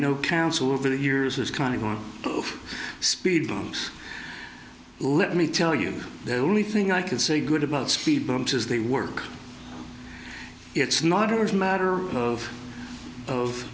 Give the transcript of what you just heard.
counsel over the years is kind of one of speed lines let me tell you the only thing i can say good about speed bumps is they work it's not a matter of of